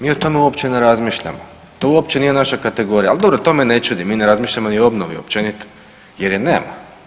Mi i tome uopće ne razmišljamo, to uopće nije naša kategorija, ali dobro to me ne čudi, mi ne razmišljamo ni o obnovi općenito jer je nema.